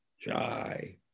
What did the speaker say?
jai